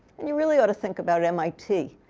and you really ought to think about mit.